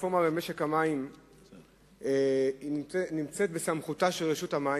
הרפורמה במשק המים היא בסמכותה של רשות המים,